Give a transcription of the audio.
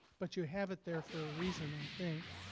but you have it there for a reason, i think.